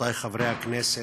רבותי חברי הכנסת,